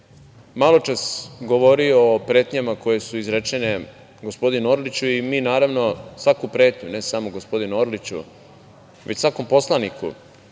maločas govorio o pretnjama koje su izrečene gospodinu Orliću i mi, naravno, svaku pretnju ne samo gospodinu Orliću, već svakom poslaniku,